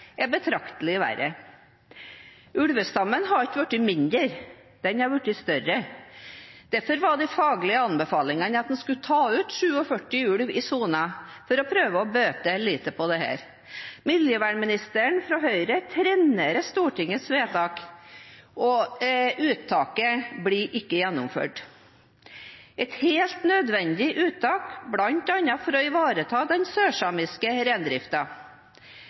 betraktelig verre. Ulvestammen har ikke blitt mindre; den har blitt større. Derfor var de faglige anbefalingene at man skulle ta ut 47 ulv i sonen for å prøve å bøte litt på dette. Miljøministeren, fra Høyre, trenerer Stortingets vedtak, og uttaket blir ikke gjennomført, et helt nødvendig uttak for bl.a. å ivareta den sørsamiske